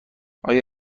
آیا